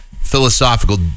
philosophical